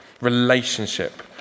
Relationship